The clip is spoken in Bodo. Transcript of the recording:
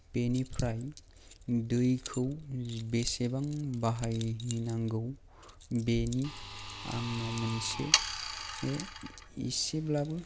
बेनिफ्राय दैखौ बेसेबां बाहायनांगौ बेनि आंनाव मोनसे एसेब्लाबो